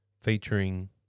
featuring